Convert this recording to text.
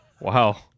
Wow